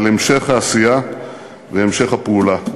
על המשך העשייה והמשך הפעולה.